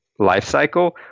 lifecycle